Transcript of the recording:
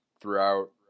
throughout